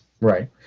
Right